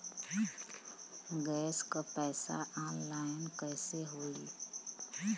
Gas क पैसा online कइसे होई?